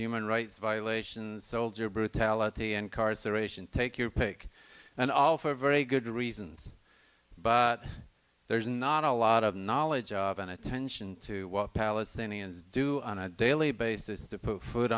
human rights violations soldier brutality incarceration take your pick and all for very good reasons there's not a lot of knowledge of an attention to what palestinians do on a daily basis to put food